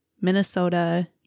Minnesota